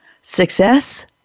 Success